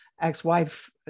ex-wife